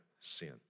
sin